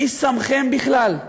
מי שמכם בכלל?